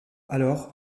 alors